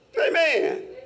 amen